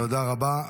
תודה רבה.